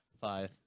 Five